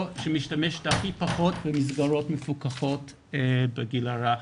שמשתמשת הכי פחות במסגרות מפוקחות בגיל הרך.